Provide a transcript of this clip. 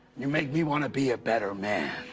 you make me want to be a better man.